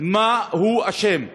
מה הוא אשם?